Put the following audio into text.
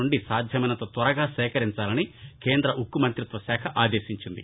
నుండి సాధ్యమైనంత త్వరగా సేకరించాలని కేంద ఉక్కు మంత్రిత్వ శాఖ ఆదేశించింది